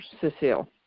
Cecile